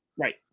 Right